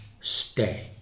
stay